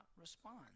respond